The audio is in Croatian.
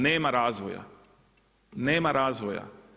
Nema razvoja, nema razvoja.